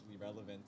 relevant